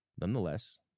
nonetheless